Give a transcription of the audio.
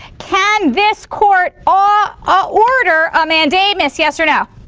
can this court ah ah order a mandamus, yes or no.